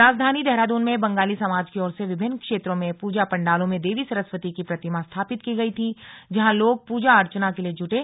राजधानी देहरादून में बंगाली समाज की ओर से विभिन्न क्षेत्रों में पूजा पंडालों में देवी सरस्वती की प्रतिमा स्थापित की गई थी जहां लोग पूजा अर्चना के लिए जुटे